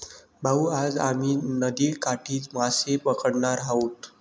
भाऊ, आज आम्ही नदीकाठी मासे पकडणार आहोत